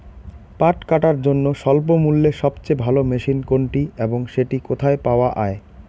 পাট কাটার জন্য স্বল্পমূল্যে সবচেয়ে ভালো মেশিন কোনটি এবং সেটি কোথায় পাওয়া য়ায়?